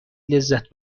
لذت